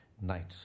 nights